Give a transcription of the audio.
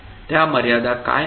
त्या मर्यादा काय आहेत